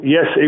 Yes